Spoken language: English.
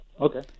okay